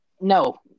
No